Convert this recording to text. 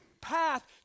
path